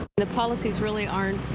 the policies really aren't.